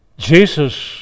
Jesus